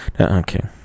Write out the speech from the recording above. Okay